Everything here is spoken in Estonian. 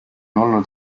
olnud